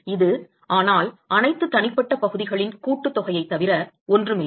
இது ஆனால் அனைத்து தனிப்பட்ட பகுதிகளின் கூட்டுதொகையை தவிர ஒன்றும் இல்லை